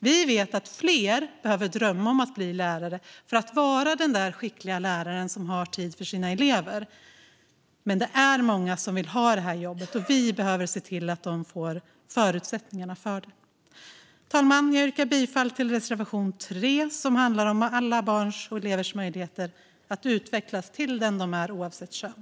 Vi vet att fler behöver drömma om att bli lärare, för att vara den där skickliga läraren som har tid för sina elever, men det är många som vill ha det här jobbet, och vi behöver se till att de får förutsättningarna för det. Fru talman! Jag yrkar bifall till reservation 3, som handlar om alla barns och elevers möjligheter att utvecklas till den de är, oavsett kön.